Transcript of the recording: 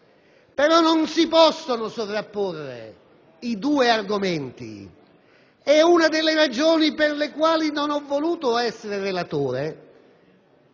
però non si possono sovrapporre i due argomenti. Una delle ragioni per le quali non ho voluto integrare